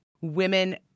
women